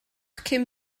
cyn